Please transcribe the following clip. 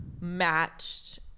matched